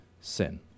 sin